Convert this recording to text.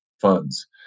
funds